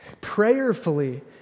prayerfully